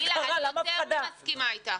אני רוצה לומר לגילה שאני יותר מאשר מסכימה אתך.